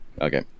Okay